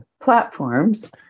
platforms